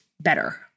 better